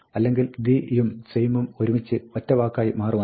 അല്ലെങ്കിൽ 'the' യും 'same' ഉം ഒരുമിച്ച് ചേർന്ന് ഒറ്റവാക്കായി മാറുമായിരുന്നു